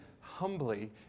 humbly